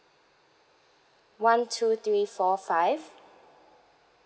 one two three four five